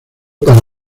para